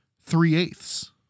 three-eighths